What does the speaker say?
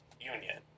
union